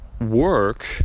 work